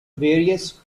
various